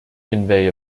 convey